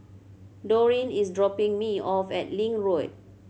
Dorine is dropping me off at Link Road